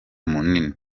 munini